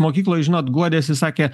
mokykloj žinot guodėsi sakė